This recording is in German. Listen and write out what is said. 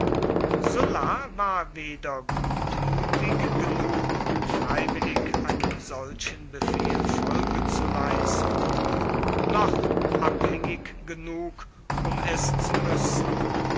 sulla war weder gutmütig genug um freiwillig einem solchen befehl folge zu leisten noch abhängig genug um es zu müssen